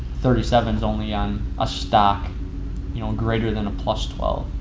thirty seven s only on a stock you know greater than a plus twelve.